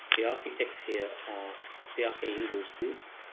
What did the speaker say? the architects here are bjarke ingels group,